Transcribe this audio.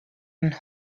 and